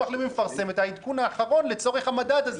ביטוח לאומי מפרסם את העדכון האחרון לצורך המדד הזה.